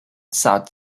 south